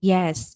Yes